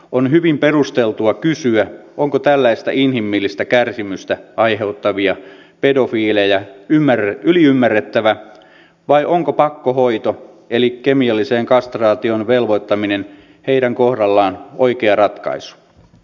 on hyvin perusteltua kysyä onko tällaista inhimillistä kärsimystä aiheuttavia pedofiileja yliymmärrettävä vai onko pakkohoito eli kemialliseen kastraatioon velvoittaminen heidän kohdallaan oikea ratkaisu